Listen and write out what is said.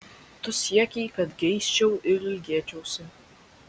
tu siekei kad geisčiau ir ilgėčiausi